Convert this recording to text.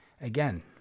again